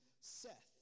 Seth